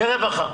ורווחה.